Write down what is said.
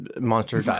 monster